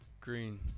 Green